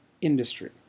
industry